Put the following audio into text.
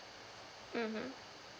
mmhmm